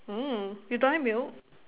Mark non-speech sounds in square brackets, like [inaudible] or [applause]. [noise] you don't like milk